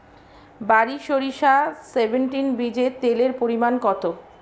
বারি সরিষা সেভেনটিন বীজে তেলের পরিমাণ কত?